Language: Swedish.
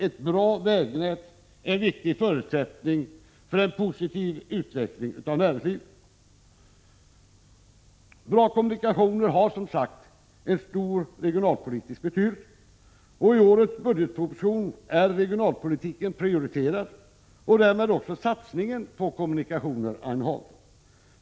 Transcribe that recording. ett bra vägnät en viktig förutsättning för en positiv utveckling av näringslivet. Bra kommunikationer har som sagt en stor regionalpolitisk betydelse. I årets budgetproposition är regionalpolitiken prioriterad och därmed satsningen på kommunikationer, Agne Hansson.